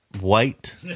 White